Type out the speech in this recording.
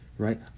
Right